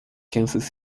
kansas